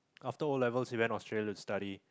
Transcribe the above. after O-levels he went Australia to study